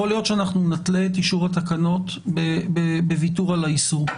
יכול להיות שאנחנו נתלה את אישור התקנות בוויתור על האיסור.